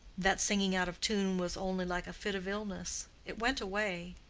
that singing out of tune was only like a fit of illness it went away.